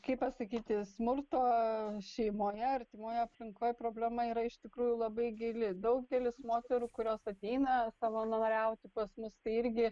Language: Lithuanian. kaip pasakyti smurto šeimoje artimoj aplinkoj problema yra iš tikrųjų labai gili daugelis moterų kurios ateina savanoriauti pas mus irgi